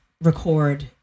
record